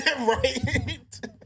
Right